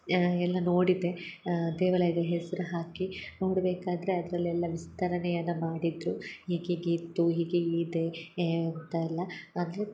ಎಲ್ಲ ನೋಡಿದೆ ದೇವಾಲಯದ ಹೆಸ್ರು ಹಾಕಿ ನೋಡ್ಬೇಕಾದರೆ ಅದರಲ್ಲೆಲ್ಲ ವಿಸ್ತರಣೆಯನ್ನು ಮಾಡಿದರು ಹೀಗೀಗೆ ಇತ್ತು ಹೀಗೀಗೆ ಇದೆ ಅಂತ ಎಲ್ಲ ಅಂದ್ರೆ